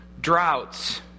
droughts